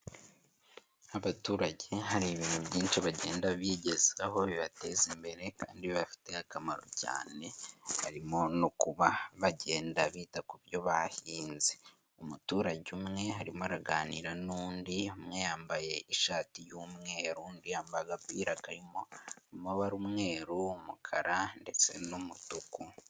Abaturage hari ibintu byinshi bagenda bigezaho bibateza imbere kandi bibafitiye akamaro cyane harimo no kuba bagenda bita ku byo bahinze. Umuturage umwe arimo araganira n'undi wambaye ishati y'umweru undi yambaye agapira mu mabara y'umweru n'umukara ndetse n'umutuku.